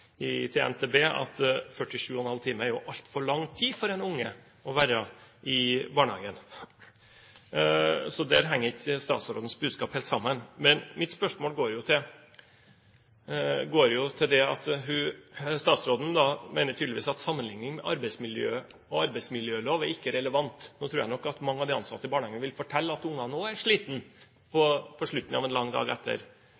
til NTB at 47,5 timer er altfor lang tid for en unge å være i barnehagen. Så der henger ikke statsrådens budskap helt sammen. Men mitt spørsmål går til at statsråden tydeligvis mener at sammenlikningen med arbeidsmiljø og arbeidsmiljølov ikke er relevant. Nå tror jeg nok at mange av de ansatte i barnehagene vil fortelle at ungene også er